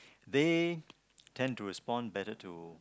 they tend to respond better to